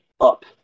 up